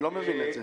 אני לא מבין את זה.